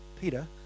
Peter